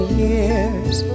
years